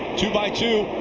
two by two.